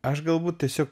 aš galbūt tiesiog